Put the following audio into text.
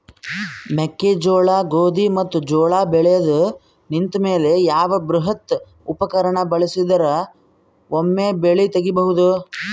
ಮೆಕ್ಕೆಜೋಳ, ಗೋಧಿ ಮತ್ತು ಜೋಳ ಬೆಳೆದು ನಿಂತ ಮೇಲೆ ಯಾವ ಬೃಹತ್ ಉಪಕರಣ ಬಳಸಿದರ ವೊಮೆ ಬೆಳಿ ತಗಿಬಹುದು?